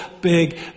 big